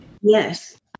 Yes